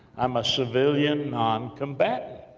i'm a civilian, noncombatant,